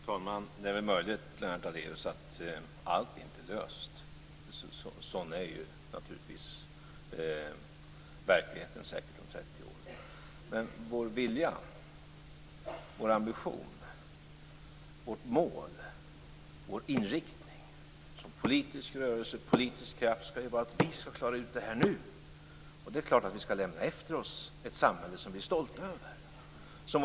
Fru talman! Det är möjligt, Lennart Daléus, att allt inte kommer att vara löst inom t.ex. 30 år. Men vår vilja, vår ambition och vår inriktning som politisk rörelse och politisk kraft skall vara att vi skall klara ut det här nu. Visst skall det samhälle som vi lämnar över till våra barn vara ett samhälle som vi är stolta över.